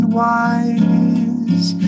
wise